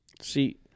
See